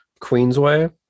Queensway